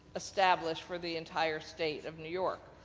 establish for the entire state of new york.